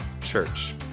church